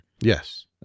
Yes